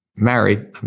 Married